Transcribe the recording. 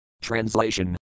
Translation